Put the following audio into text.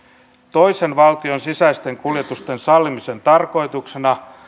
toisen valtion sisäisten kuljetusten sallimisen tarkoituksena